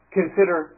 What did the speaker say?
consider